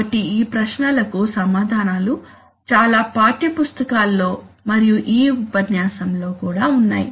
కాబట్టి ఈ ప్రశ్నలకు సమాధానాలు చాలా పాఠ్యపుస్తకాల్లో మరియు ఈ ఉపన్యాసంలో కూడా ఉన్నాయి